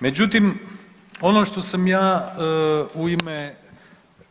Međutim, ono što sam ja u ime